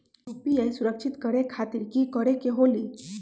UPI सुरक्षित करे खातिर कि करे के होलि?